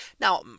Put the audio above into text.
Now